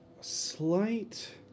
slight